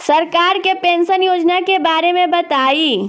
सरकार के पेंशन योजना के बारे में बताईं?